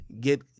get